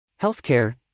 healthcare